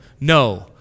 no